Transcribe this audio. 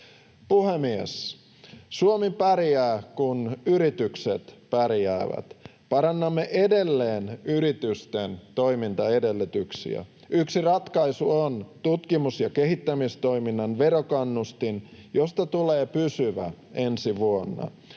Puhemies! Suomi pärjää, kun yritykset pärjäävät. Parannamme edelleen yritysten toimintaedellytyksiä. Yksi ratkaisu on tutkimus‑ ja kehittämistoiminnan verokannustin, josta tulee pysyvä ensi vuonna.